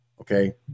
okay